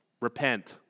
Repent